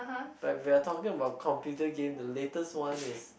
like we are talking about computer game the latest one is